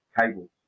cables